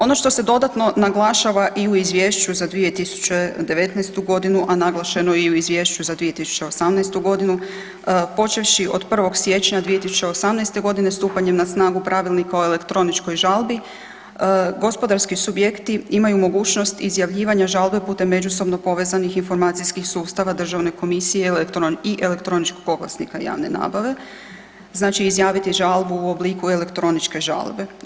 Ono što se dodatno naglašava i u izvješću za 2019.g., a naglašeno je i u izvješću za 2018.g. počevši od 1. siječnja 2018.g. stupanjem na snagu Pravilnika o elektroničkoj žalbi gospodarski subjekti imaju mogućnost izjavljivanja žalbe putem međusobno povezanih informacijskih sustava državne komisije i elektroničkog oglasnika javne nabave, znači izjaviti žalbu u obliku elektroničke žalbe.